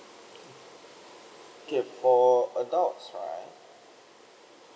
okay okay for adults right